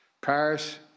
Paris